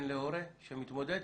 להורה שמתמודד.